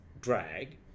drag